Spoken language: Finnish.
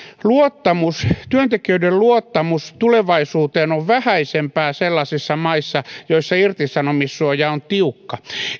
työntekijöiden luottamus tulevaisuuteen on vähäisempää sellaisissa maissa joissa irtisanomissuoja on tiukka